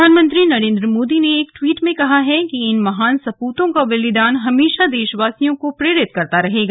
प्रधानमंत्री नरेन्द्र मोदी ने एक टवीट में कहा कि इन महान सपूतों का बलिदान हमेशा देशवासियों को प्रेरित करता रहेगा